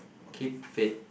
keep fit